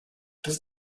does